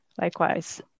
Likewise